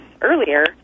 earlier